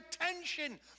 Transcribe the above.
attention